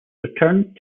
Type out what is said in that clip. returned